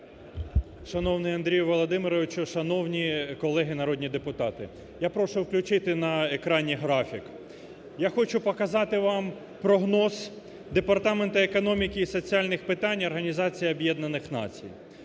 Шановний Андрію Володимировичу! Шановні колеги народні депутати! Я прошу включити на екрані графік. Я хочу показати вам прогноз Департаменту економіки і соціальних питань, Організації Об'єднаних Націй.